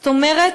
זאת אומרת,